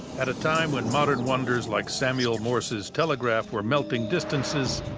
at a time when modern wonders like samuel morse's telegraph were melting distances,